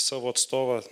savo atstovą